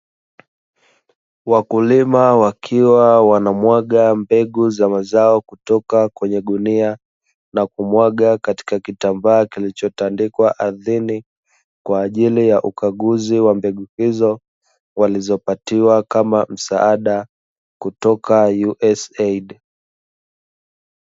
Wakulima wakiwa wanamwaga mbegu za mazao kutoka kwenye gunia, na kumwaga katika kitambaa kilichotandikwa ardhini kwaajili ya ukaguzi wa mbegu hizo, walizopatiwa kama msaada kutoka USAID.